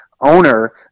owner